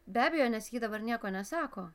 be abejo nes ji dabar nieko nesako